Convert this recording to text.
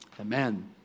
Amen